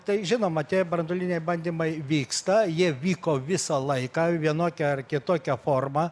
tai žinoma tie branduoliniai bandymai vyksta jie vyko visą laiką vienokia ar kitokia forma